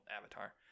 avatar